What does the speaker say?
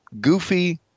goofy –